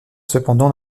cependant